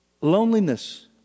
loneliness